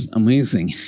amazing